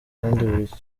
buri